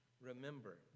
remember